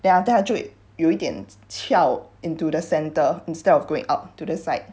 then after that 他就会有一点翘 into the centre instead of going up to the side